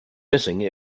missing